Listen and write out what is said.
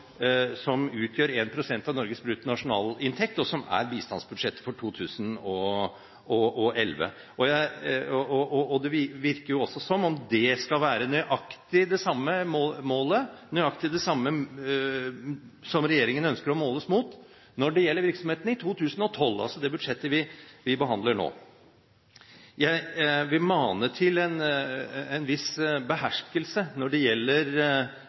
utgjør 1 pst. av Norges bruttonasjonalinntekt, og som er bistandsbudsjettet for 2011. Det virker også som om det skal være nøyaktig det samme som regjeringen ønsker å måles på når det gjelder virksomheten i 2012, altså det budsjettet vi behandler nå. Jeg vil mane til en viss beherskelse når det gjelder